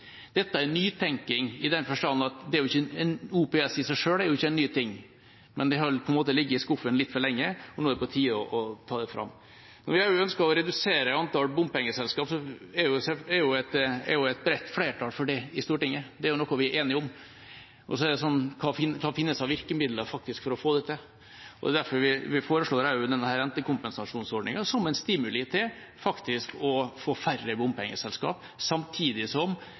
Dette er nytenking. OPS i seg selv er jo ikke noe nytt, men det har, på en måte, ligget i skuffen litt for lenge – nå er det på tide å ta det fram. Vi ønsker også å redusere antall bompengeselskap, og det er et bredt flertall for det i Stortinget. Det er jo noe vi er enige om. Hva finnes av virkemidler for å få det til? Det er derfor vi foreslår denne rentekompensasjonsordninga som stimulus til å få færre bompengeselskap, samtidig som